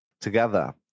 together